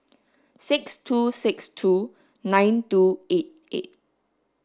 six two six two nine two eight eight